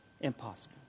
Impossible